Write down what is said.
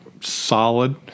solid